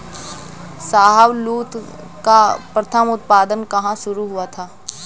शाहबलूत का प्रथम उत्पादन कहां शुरू हुआ था?